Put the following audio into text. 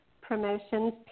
promotions